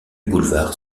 boulevard